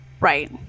Right